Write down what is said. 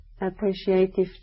Appreciative